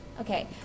Okay